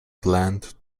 planned